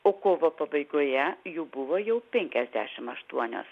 o kovo pabaigoje jų buvo jau penkiasdešim aštuonios